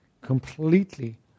completely